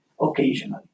occasionally